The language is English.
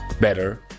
better